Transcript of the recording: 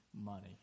money